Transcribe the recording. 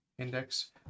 index